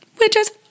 Witches